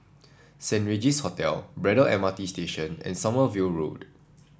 Saint Regis Hotel Braddell M R T Station and Sommerville Road